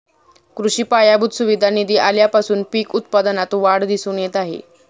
कृषी पायाभूत सुविधा निधी आल्यापासून पीक उत्पादनात वाढ दिसून येत आहे